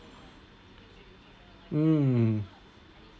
mm